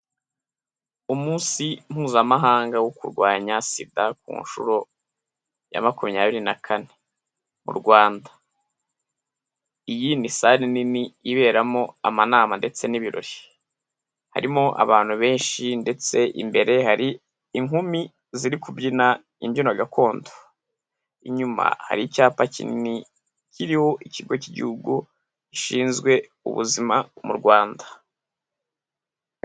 Umunsi mpuzamahanga wo kurwanya sida ku nshuro ya makumyabiri na kane mu Rwanda. Iyi ni sare nini iberamo amanama ndetse n'ibirori. Harimo abantu benshi ndetse imbere hari inkumi ziri kubyina imbyino gakondo. Inyuma hari icyapa kinini kiriho ikigo cy'igihugu gishinzwe ubuzima mu Rwanda.